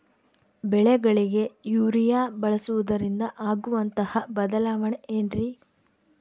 ಬೆಳೆಗಳಿಗೆ ಯೂರಿಯಾ ಬಳಸುವುದರಿಂದ ಆಗುವಂತಹ ಬದಲಾವಣೆ ಏನ್ರಿ?